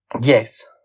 Yes